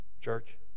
Church